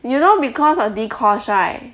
you know because of dee-kosh right